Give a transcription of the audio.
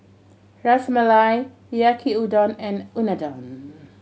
Ras Malai Yaki Udon and Unadon